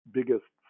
biggest